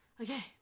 okay